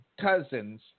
Cousins